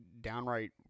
downright